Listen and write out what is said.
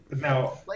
now